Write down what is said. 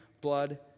blood